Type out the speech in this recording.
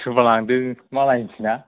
सोरबा लांदों मालायनिसोना